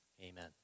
amen